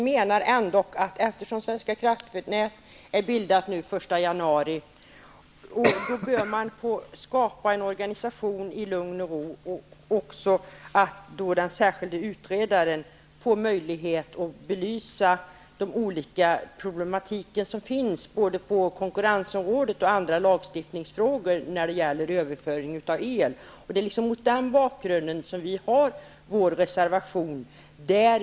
Men eftersom Svenska kraftnät bildades den 1 januari bör man ha lugn och ro, och den särskilde utredaren bör få möjlighet att belysa de olika problem som finns både på konkurrensområdet och när det gäller vissa lagstiftningsfrågor avseende överföring av el. Mot denna bakgrund har vi skrivit vår reservation.